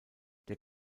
der